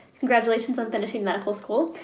congratulations on finishing medical school.